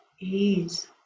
ease